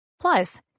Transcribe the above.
Plus